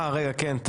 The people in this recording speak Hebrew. אה רגע כן,